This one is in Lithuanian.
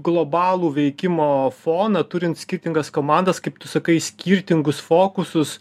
globalų veikimo foną turint skirtingas komandas kaip kaip tu sakai skirtingus fokusus